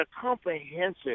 comprehensive